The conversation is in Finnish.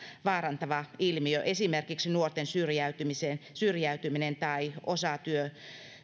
vaarantava ilmiö esimerkiksi nuorten syrjäytyminen tai osatyökyvyn